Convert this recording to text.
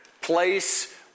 place